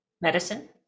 Medicine